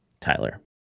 tyler